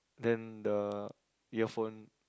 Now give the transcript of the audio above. then the earphone